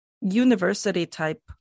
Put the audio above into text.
university-type